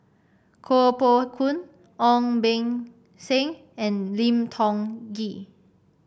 Koh Poh Koon Ong Beng Seng and Lim Tiong Ghee